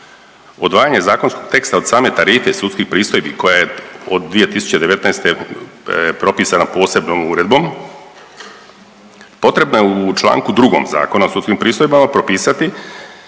odvajanje zakonskog teksta od same tarife i sudskih pristojbi koja je od 2019. propisana posebnom uredbom potrebno je u članku drugom Zakona o sudskim pristojbama propisati